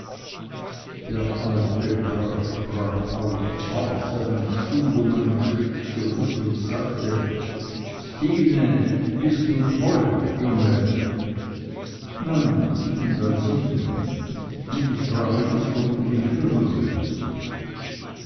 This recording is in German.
der alte graf sprang auf warf seinen stuhl um einen schritt zurück und sagte stine bist du toll junge nein ich bin bei sinnen und ich frage dich ob du mich hören willst